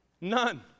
None